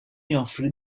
joffri